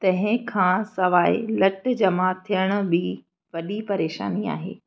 तंहिं खां सवाइ लट जमा थियणु बि वॾी परेशानी आहे